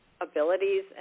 abilities